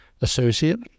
associate